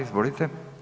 Izvolite.